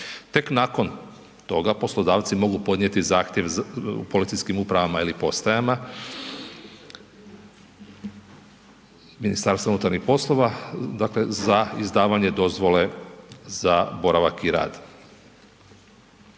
Tek nakon toga poslodavci mogu podnijeti zahtjev policijskim upravama ili postajama MUP-a za izdavanje dozvole za boravak i rad.